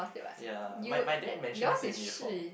ya my my dad mention it to me before